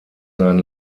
sein